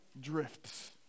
drifts